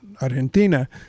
Argentina